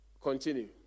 Continue